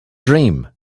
dream